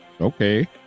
okay